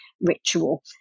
ritual